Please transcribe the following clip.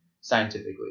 scientifically